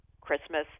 Christmas